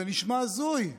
זה נשמע הזוי,